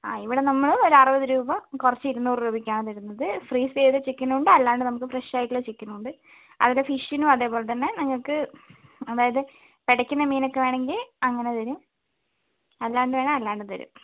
ആ ഇവിടെ നമ്മൾ ഒരു ആറുപത് രൂപ കുറച്ച് ഇരുന്നൂറ് രൂപയ്ക്കാണ് തരുന്നത് ഫ്രീസ് ചെയ്ത ചിക്കനുണ്ട് അല്ലാണ്ട് നമുക്ക് ഫ്രഷ് ആയിട്ടുള്ള ചിക്കനും ഉണ്ട് അതുപോലെ ഫിഷിനും അതുപോലെതന്നെ നിങ്ങൾക്ക് അതായത് പിടയ്ക്കുന്ന മീനൊക്കെ വേണമെങ്കിൽ അങ്ങനെ തരും അല്ലാണ്ട് വേണമെങ്കിൽ അല്ലാണ്ടും തരും